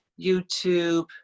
YouTube